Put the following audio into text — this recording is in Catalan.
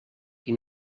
qui